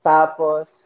Tapos